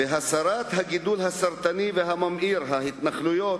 והסרת הגידול הסרטני והממאיר, ההתנחלויות,